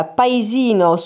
paesino